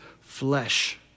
flesh